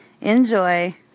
Enjoy